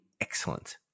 excellent